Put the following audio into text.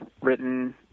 written